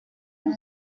tous